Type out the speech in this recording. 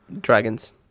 dragons